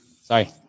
Sorry